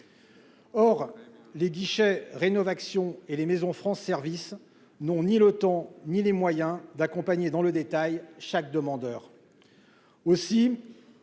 or les guichets rénovent action et les maisons France service n'ont ni le temps ni les moyens d'accompagner dans le détail, chaque demandeur